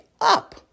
up